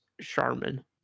Charmin